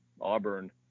Auburn